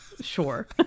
sure